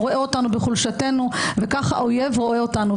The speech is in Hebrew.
הוא רואה אותנו בחולשתנו וכך האויב רואה אותנו.